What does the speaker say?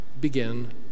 begin